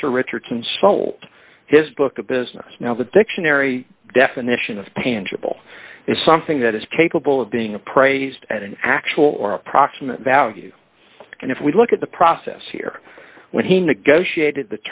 mr richardson sold his book business now the dictionary definition of tangible is something that is capable of being appraised at an actual or approximate value and if we look at the process here when he negotiated